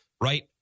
right